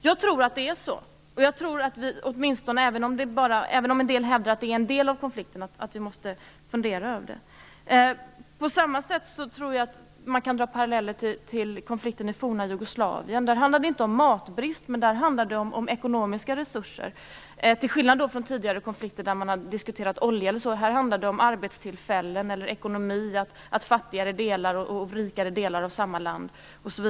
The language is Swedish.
Jag tror att det är så. Även om en del hävdar att det är en del av konflikten tror jag ändå att vi måste fundera över det. På samma sätt tror jag att man kan dra paralleller till konflikten i det forna Jugoslavien. Där handlade det inte om matbrist, utan om ekonomiska resurser. Till skillnad från tidigare konflikter om olja eller så, handlade det här om arbetstillfällen, ekonomi och om fattigare och rikare delar av samma land.